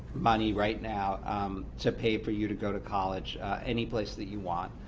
money right now to pay for you to go to college any place that you want.